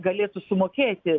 galėtų sumokėti